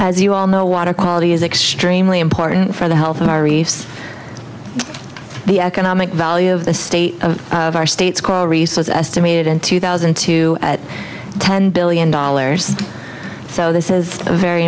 as you all know water quality is extremely important for the health of our reefs the economic value of the state of our state's coral reefs was estimated in two thousand and two at ten billion dollars so this is a very